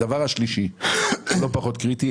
הדבר השלישי שהוא לא פחות קריטי.